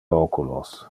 oculos